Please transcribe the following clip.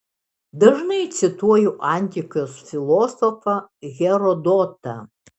dažnai cituoju antikos filosofą herodotą